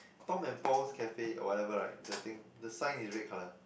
Tom and Paul's Cafe or whatever right the thing the sign is red colour